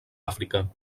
àfrica